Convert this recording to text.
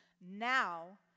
now